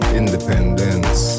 independence